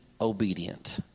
obedient